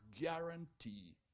guarantee